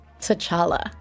T'Challa